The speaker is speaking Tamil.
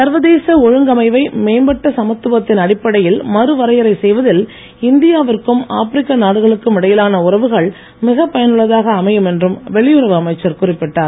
சர்வதேச ஒழுங்கமைவை மேம்பட்ட சமத்துவத்தின் அடிப்படையில் மறுவரையறை செய்வதில் இந்தியா விற்கும் ஆப்ரிக்க நாடுகளுக்கும் இடையிலான உறவுகள் மிகப் பயனுள்ளதாக அமையும் என்றும் வெளியுறவு அமைச்சர் குறிப்பிட்டார்